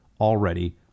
already